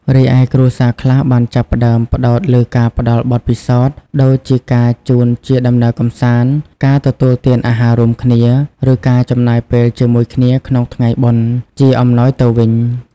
រីឯគ្រួសារខ្លះបានចាប់ផ្តើមផ្តោតលើការផ្តល់ បទពិសោធន៍ ដូចជាការជូនជាដំណើរកម្សាន្ត ការទទួលទានអាហាររួមគ្នា ឬការចំណាយពេលជាមួយគ្នាក្នុងថ្ងៃបុណ្យ ជាអំណោយទៅវិញ។